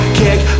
kick